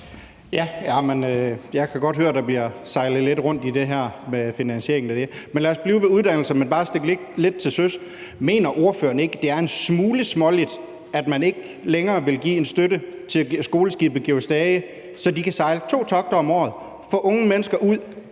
Jeg kan godt høre, at der bliver sejlet lidt rundt i det her med finansieringen af det. Men lad os blive ved uddannelserne, men også bare stikke lidt til søs. Mener ordføreren ikke, det er en smule småligt, at man ikke længere vil give en støtte til Skoleskibet Georg Stage, så de kan sejle to togter om året og få unge mennesker ud